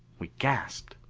we gasped.